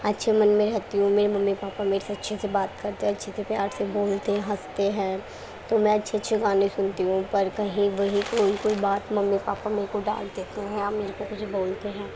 اچھے من میں رہتی ہوں میرے ممی پاپا میرے سے اچھے سے بات کرتے ہیں اچھے سے پیار سے بولتے ہنستے ہیں تو میں اچھے اچھے گانے سنتی ہوں پر کہیں وہی کوئی کوئی بات ممی پاپا میرے کو ڈانٹ دیتے ہیں یا میرے کو کچھ بولتے ہیں